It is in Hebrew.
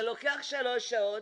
זה לוקח לי שלוש שעות.